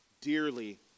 dearly